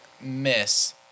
miss